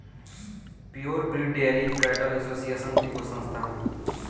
pure breed dairy cattle association एगो संस्था ह